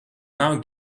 now